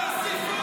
די.